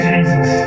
Jesus